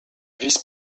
vice